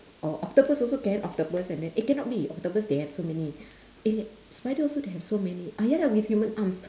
or octopus also can octopus and then eh cannot be octopus they have so many eh spider also they have so many ah ya lah with human arms